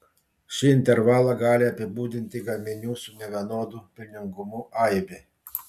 šį intervalą gali apibūdinti gaminių su nevienodu pelningumu aibė